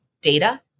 data